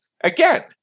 again